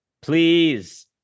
Please